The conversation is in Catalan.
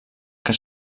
que